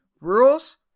Rules